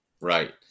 Right